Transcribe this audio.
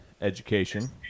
education